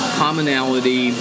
commonality